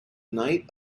night